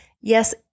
Yes